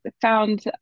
found